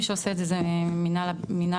מי שעושה את זה הם מנהל הבטיחות.